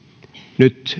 nyt